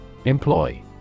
Employ